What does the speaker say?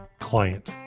client